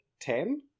ten